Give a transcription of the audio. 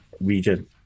region